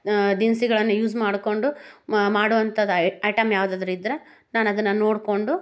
ದಿನ್ಸಿಗಳನ್ನು use ಮಾಡಿಕೊಂಡು ಮಾಡೋವಂಥದ್ದು item ಯಾವುದಾದ್ರು ಇದ್ರೆ ನಾನದನ್ನು ನೋಡಿಕೊಂಡು